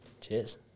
Cheers